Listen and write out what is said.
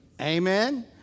Amen